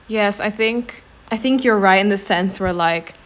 yes I think I think you're right in the sense where like